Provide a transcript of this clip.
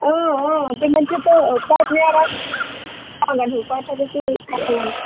تِمن چھِ تَتہِ نیران